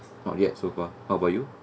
not yet so far how about you